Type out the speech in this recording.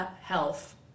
health